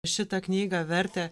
šitą knygą vertė